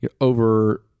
over